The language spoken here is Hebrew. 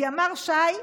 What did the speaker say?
כי ימ"ר ש"י,